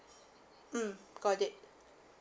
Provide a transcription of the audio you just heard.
mm got it